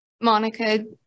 Monica